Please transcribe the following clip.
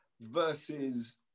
versus